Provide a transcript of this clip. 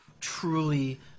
truly